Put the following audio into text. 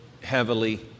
heavily